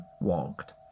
walked